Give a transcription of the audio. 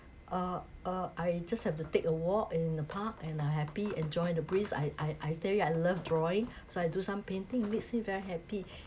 uh uh I just have to take a walk in the park and I'll happy enjoying the breeze I I I tell you I love drawing so I do some painting makes me very happy